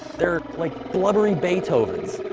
they're like blubbery beethovens!